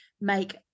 make